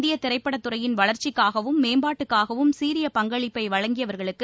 இந்திய திரைப்படத்துறையின் வளர்ச்சிக்காகவும் மேம்பாட்டுக்காகவும் சீரிய பங்களிப்பை வழங்கியவர்களுக்கு